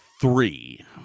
three